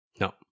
No